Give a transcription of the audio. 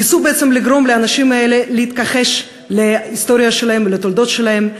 ניסו לגרום לאנשים האלה להתכחש להיסטוריה שלהם ולתולדות שלהם,